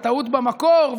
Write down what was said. הטעות במקור,